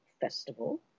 festival